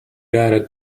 added